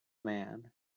man